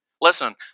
Listen